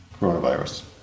coronavirus